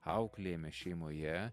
auklėjami šeimoje